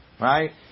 Right